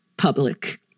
Public